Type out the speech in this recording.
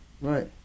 Right